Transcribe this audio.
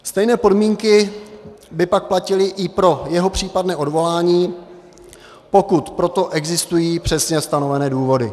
Stejné podmínky by pak platily i pro jeho případné odvolání, pokud pro to existují přesně stanovené důvody.